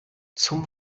zum